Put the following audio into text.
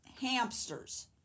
hamsters